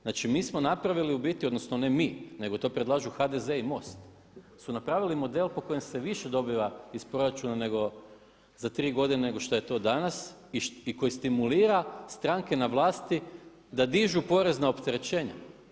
Znači mi smo napravili u biti, odnosno ne mi nego to predlaže HDZ i MOST su napravili model po kojem se više dobiva iz proračuna nego za tri godine nego što je to danas i koji stimulira stranke na vlasti da dižu porezna opterećenja.